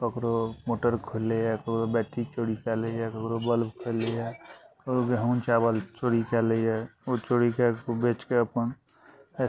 ककरो मोटर खोलि लइए ककरो बैटरी चोरी कए लइए ककरो बल्ब खोलि लइए ककरो गहुँम चावल चोरी कऽ लइए उ चोरीके बेचके अपन